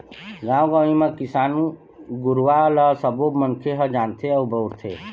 गाँव गंवई म किसान गुरूवा ल सबो मनखे ह जानथे अउ बउरथे